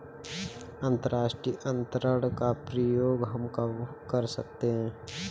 अंतर्राष्ट्रीय अंतरण का प्रयोग हम कब कर सकते हैं?